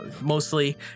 mostly